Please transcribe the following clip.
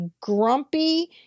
grumpy